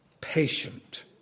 patient